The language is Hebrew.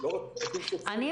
אנחנו